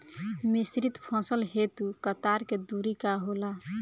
मिश्रित फसल हेतु कतार के दूरी का होला?